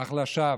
אך לשווא.